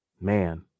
Man